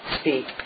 speak